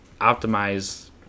optimize